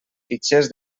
fitxers